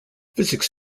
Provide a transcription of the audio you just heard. physics